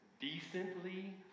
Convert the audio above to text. decently